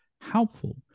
helpful